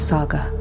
Saga